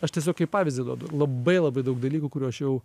aš tiesiog kaip pavyzdį duodu labai labai daug dalykų kurių aš jau